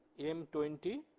m twenty,